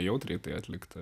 jautriai tai atlikti